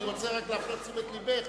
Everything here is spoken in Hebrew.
אני רוצה רק להפנות תשומת לבך,